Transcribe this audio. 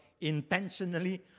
intentionally